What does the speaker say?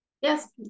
Yes